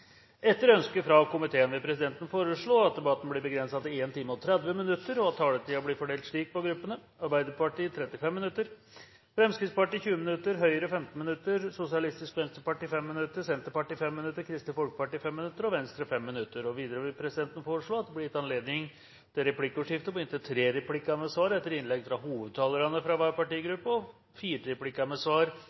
Etter ønske fra finanskomiteen vil presidenten foreslå at debatten blir begrenset til 1 time og 30 minutter, og at taletiden blir fordelt slik på gruppene: Arbeiderpartiet 35 minutter, Fremskrittspartiet 20 minutter, Høyre 15 minutter, Sosialistisk Venstreparti 5 minutter, Senterpartiet 5 minutter, Kristelig Folkeparti 5 minutter og Venstre 5 minutter. Videre vil presidenten foreslå at det blir gitt anledning til replikkordskifte på inntil tre replikker med svar etter innlegg fra hovedtalerne fra hver partigruppe og fire replikker med svar